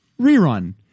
Rerun